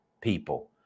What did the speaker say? people